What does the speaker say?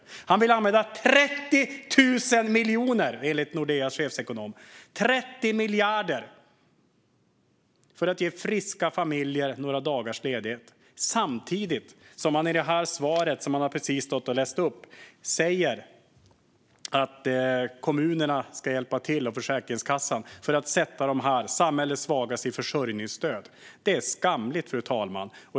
Han vill använda 30 000 miljoner, enligt Nordeas chefsekonom, 30 miljarder, för att ge friska familjer några dagars ledighet. Samtidigt säger han i det svar som han precis har stått och läst upp att kommunerna och Försäkringskassan ska hjälpa till att sätta samhällets svagaste i försörjningsstöd. Det är skamligt, fru talman!